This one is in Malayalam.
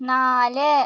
നാല്